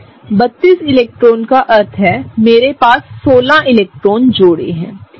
32 इलेक्ट्रॉनों का अर्थ है मेरे पास 16 इलेक्ट्रॉन जोड़े हैं ठीक है